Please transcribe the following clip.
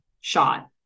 shot